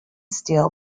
steel